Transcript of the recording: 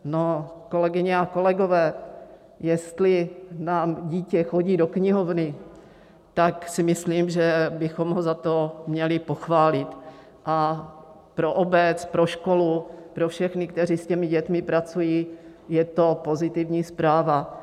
No, kolegyně a kolegové, jestli nám dítě chodí do knihovny, tak si myslím, že bychom ho za to měli pochválit a pro obec, pro školu, pro všechny, kteří s těmi dětmi pracují, je to pozitivní zpráva.